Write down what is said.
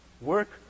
work